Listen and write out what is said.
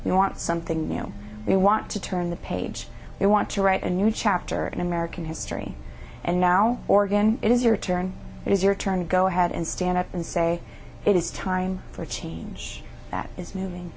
you want something new we want to turn the page you want to write a new chapter in american history and now oregon it is your turn it is your turn go ahead and stand up and say it is time for a change that is moving